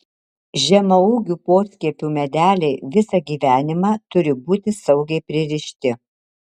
žemaūgių poskiepių medeliai visą gyvenimą turi būti saugiai pririšti